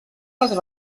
les